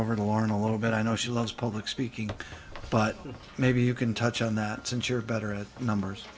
over to lauren a little bit i know she loves public speaking but maybe you can touch on that since you're better at numbers